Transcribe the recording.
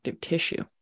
tissue